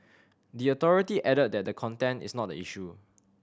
the authority added that the content is not the issue